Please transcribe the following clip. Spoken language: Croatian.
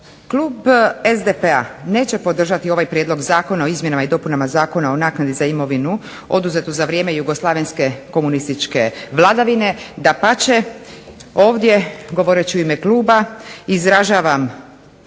Klub SDP-a neće podržati ovaj prijedlog Zakona o izmjenama i dopunama Zakona o naknadi za imovinu oduzetu za vrijeme Jugoslavenske komunističke vladavine, dapače ovdje, govoreći u ime kluba, izražavam